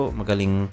magaling